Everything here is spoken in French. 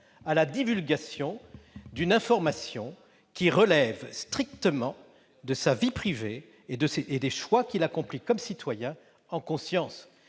à la divulgation d'une information qui relève strictement de sa vie privée et des choix qu'il accomplit en conscience